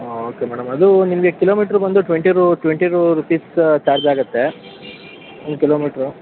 ಹಾಂ okay madam ಅದು ನಿಮಗೆ ಕಿಲೋಮೀಟ್ರ್ ಬಂದು ಟ್ವೆಂಟಿ ರು ಟ್ವೆಂಟಿ ರುಪೀಸ್ ಚಾರ್ಜ್ ಆಗುತ್ತೆ ಈ ಕಿಲೋಮೀಟ್ರು